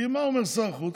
כי מה אומר שר החוץ?